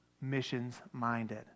missions-minded